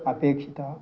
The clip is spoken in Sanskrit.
अपेक्षिता